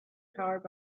powered